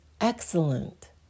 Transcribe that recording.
excellent